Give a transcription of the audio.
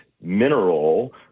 mineral